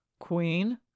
Queen